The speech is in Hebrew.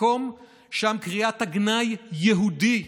מקום שם קריאת הגנאי 'יהודי'